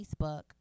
Facebook